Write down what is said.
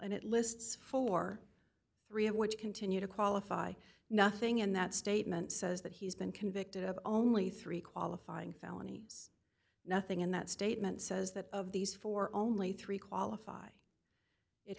and it lists forty three dollars of which continue to qualify nothing in that statement says that he's been convicted of only three qualifying felonies nothing in that statement says that of these four only three qualify it